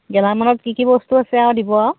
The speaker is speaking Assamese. গেলামালত কি কি বস্তু আছে আৰু দিব আৰু